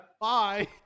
Bye